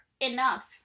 enough